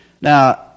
Now